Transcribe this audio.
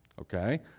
Okay